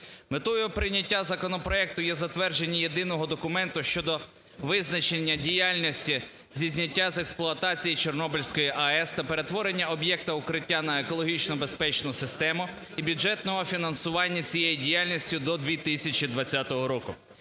Метою прийняття законопроекту є затвердження єдиного документу щодо визначення діяльності зі зняття з експлуатації Чорнобильської АЕС та перетворення об'єкта "Укриття" на екологічно безпечну систему і бюджетного фінансування цієї діяльності до 2020 року.